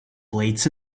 plates